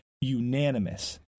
unanimous